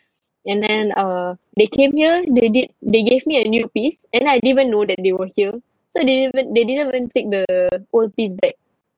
and then uh they came here they didn't they gave me a new piece and I didn't even know that they were here so they even they didn't even take the old piece back